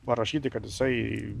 parašyti kad jisai